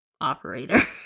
operator